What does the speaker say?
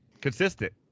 consistent